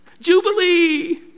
jubilee